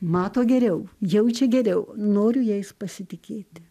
mato geriau jaučia geriau noriu jais pasitikėti